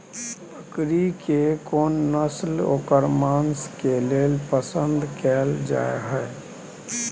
बकरी के कोन नस्ल ओकर मांस के लेल पसंद कैल जाय हय?